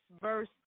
verse